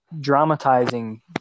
dramatizing